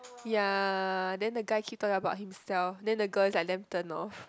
ya then the guy keep talking about himself then the girl is like damn turn off